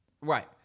Right